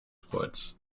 woods